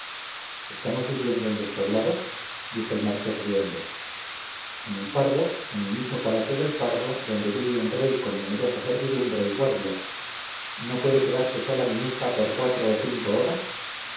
estamos viviendo en despoblado dijo el marqués riendo en el pardo en el mismopalacio del pardo donde vive un rey con numerosa servidumbre y guardia no puede quedarse sola mi hija por cuatro o cinco horas